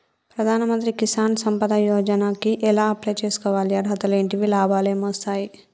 ప్రధాన మంత్రి కిసాన్ సంపద యోజన కి ఎలా అప్లయ్ చేసుకోవాలి? అర్హతలు ఏంటివి? లాభాలు ఏమొస్తాయి?